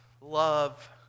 love